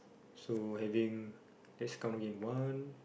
so having let's count again one